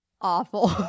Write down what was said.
awful